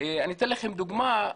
אני אתן לכם דוגמה: